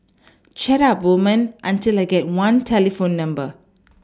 chat up women until I get one telephone number